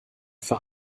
für